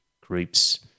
groups